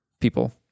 people